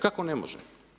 Kako ne može?